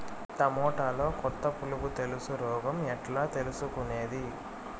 టమోటాలో కొత్త పులుగు తెలుసు రోగం ఎట్లా తెలుసుకునేది?